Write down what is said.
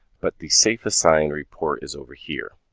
but the safe assign report is over here.